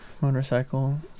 motorcycle